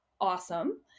awesome